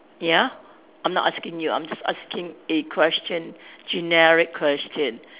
ya I'm not asking you I'm just asking a question generic question